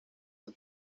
del